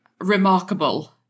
remarkable